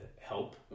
help